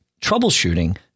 troubleshooting